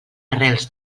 arrels